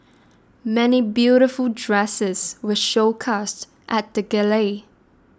many beautiful dresses were showcased at the gala